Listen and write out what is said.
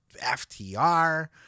FTR